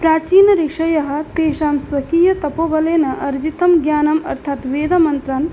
प्राचीन ऋषयः तेषां स्वकीयतपोबलेन अर्जितं ज्ञानम् अर्थात् वेदमन्त्रम्